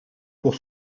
pour